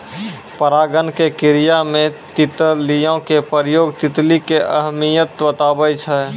परागण के क्रिया मे तितलियो के प्रयोग तितली के अहमियत बताबै छै